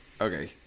Okay